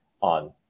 on